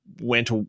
went